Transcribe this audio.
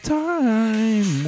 time